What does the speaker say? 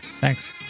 thanks